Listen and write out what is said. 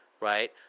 right